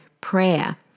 prayer